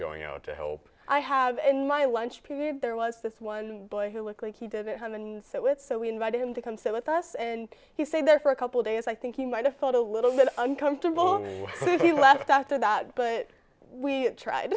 going out to help i have in my lunch period there was this one boy who looked like he did at home and so with so we invited him to come stay with us and he stayed there for a couple days i think you might have thought a little bit uncomfortable if you left after that but we